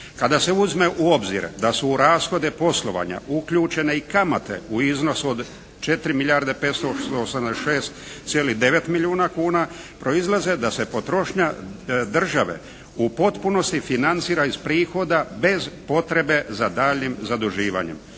Kada se uzme u obzir da su u rashode poslovanja uključene i kamate u iznosu od 4 milijarde 586,9 milijuna kuna proizlazi da se potrošnja države u potpunosti financira iz prihoda bez potrebe za daljnjim zaduživanjem.